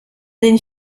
den